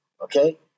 Okay